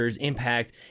impact